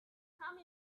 come